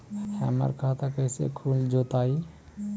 हमर खाता कैसे खुल जोताई?